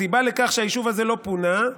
הסיבה לכך שהיישוב הזה לא פונה,